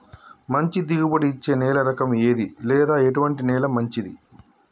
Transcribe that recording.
మంచి దిగుబడి ఇచ్చే నేల రకం ఏది లేదా ఎటువంటి నేల మంచిది?